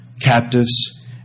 captives